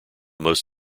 most